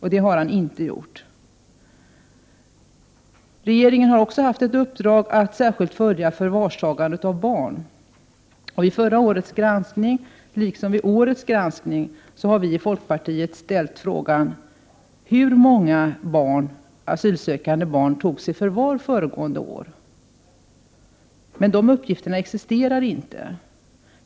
Detta har han inte gjort. Regeringen har också haft i uppdrag att särskilt följa förvarstagandet av barn. I förra årets granskning, liksom i årets granskning, har vi i folkpartiet ställt frågan: Hur många asylsökande barn togs i förvar föregående år? Men de uppgifterna existerar inte.